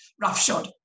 roughshod